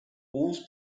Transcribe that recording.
wolves